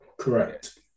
Correct